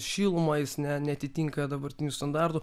šilumą jis ne neatitinka dabartinių standartų